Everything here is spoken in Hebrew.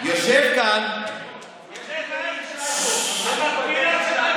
יושב כאן שליח של אלי ישי בתוך רשימת הליכוד,